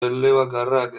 elebakarrak